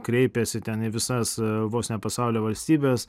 kreipėsi ten į visas vos ne pasaulio valstybes